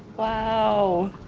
wow.